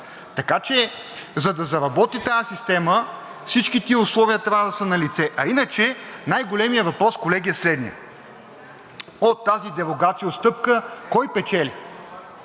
Така че, за да заработи тази система, всички тези условия трябва да са налице, а иначе най-големият въпрос, колеги, е следният. От тази дерогация отстъпка кой печели?